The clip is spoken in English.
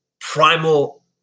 primal